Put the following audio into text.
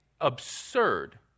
absurd